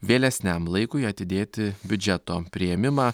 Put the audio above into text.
vėlesniam laikui atidėti biudžeto priėmimą